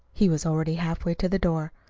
he was already halfway to the door.